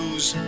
Use